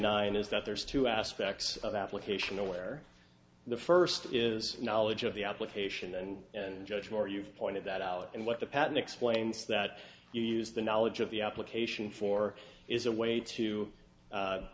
nine is that there's two aspects of application where the first is knowledge of the application and judge moore you've pointed that out and what the patent explains that you use the knowledge of the application for is a way to